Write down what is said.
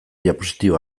diapositiba